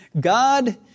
God